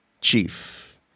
Chief